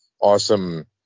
awesome